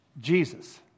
Jesus